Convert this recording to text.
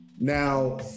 now